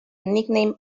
nickname